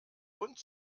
und